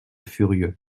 furieux